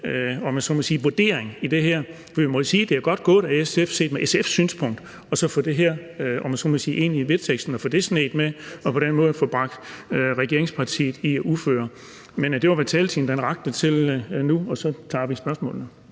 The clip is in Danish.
må jo sige, at det er godt gået af SF, set fra SF's synspunkt, at få det her sneget med ind i vedtagelsesteksten og på den måde få bragt regeringspartiet i uføre. Det var, hvad taletiden rakte til nu, og så tager vi spørgsmålene.